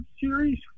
series